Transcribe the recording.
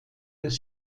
des